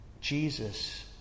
Jesus